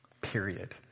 Period